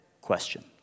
question